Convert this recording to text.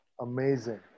Amazing